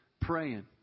praying